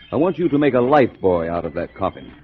i want you to make a lifebuoy out of that coffin.